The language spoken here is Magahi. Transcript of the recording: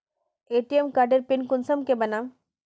ए.टी.एम कार्डेर पिन कुंसम के बनाम?